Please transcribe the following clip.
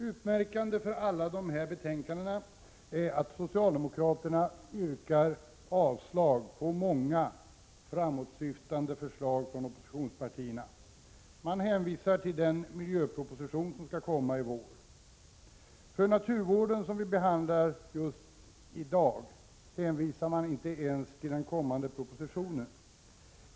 Utmärkande för alla dessa betänkanden är att socialdemokraterna yrkar avslag på många framåtsyftande förslag från oppositionspartierna. Man hänvisar till den miljöproposition som skall komma i vår. För naturvården, som vi behandlar just nu, hänvisar man inte ens till den kommande propositionen.